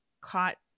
caught